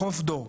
בחוף דור.